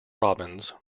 robbins